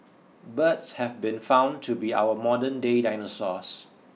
birds have been found to be our modernday dinosaurs